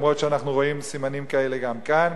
אף-על-פי שאנחנו רואים סימנים כאלה גם כאן